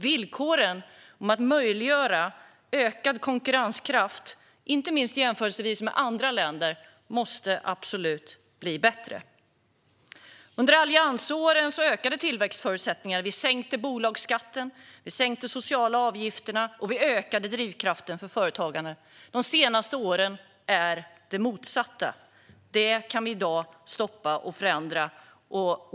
Villkoren för att möjliggöra ökad konkurrenskraft, inte minst i jämförelse med andra länder, måste absolut bli bättre. Under alliansåren ökade tillväxtförutsättningarna. Vi sänkte bolagsskatten, vi sänkte de sociala avgifterna och vi ökade drivkraften för företagande. De senaste åren har det varit det motsatta. Det kan vi i dag stoppa och förändra.